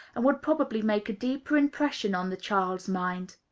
and would probably make a deeper impression on the child's mind.